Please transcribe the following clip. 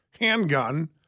handgun